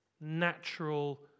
natural